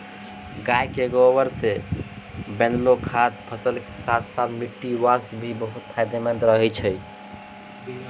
गाय के गोबर सॅ बनैलो खाद फसल के साथॅ साथॅ मिट्टी वास्तॅ भी बहुत फायदेमंद रहै छै